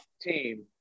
team